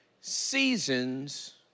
Seasons